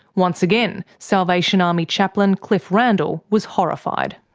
once again, salvation army chaplain cliff randall was horrified.